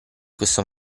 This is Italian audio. questo